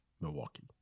Milwaukee